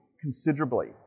considerably